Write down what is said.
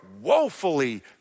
woefully